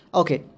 okay